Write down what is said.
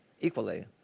equally